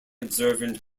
observant